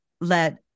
let